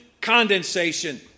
Condensation